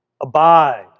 Abide